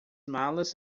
malas